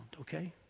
okay